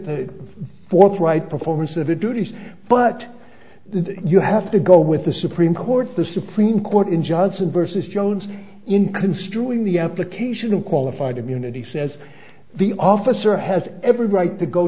the forthright performance of the duties but then you have to go with the supreme court the supreme court in johnson versus jones in construing the application of qualified immunity says the officer has every right to go